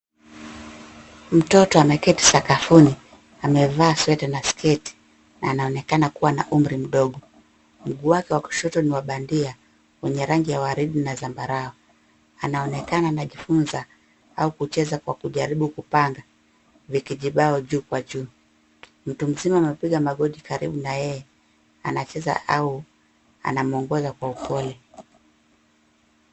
Mtoto ameketi sakafuni. Amevaa sweta na sketi na anaonekana kuwa na umri mdogo. Mguu wake wa kushoto ni wa bandia wenye rangi ya waridi na zambarau. Anaonekana anajifunza au kucheza kwa kujaribu kupanga vikijibao juu kwa juu. Mtu mzima amepiga magoti karibu na yeye. Anacheza au anamuongoza kwa upole.